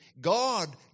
God